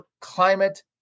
climate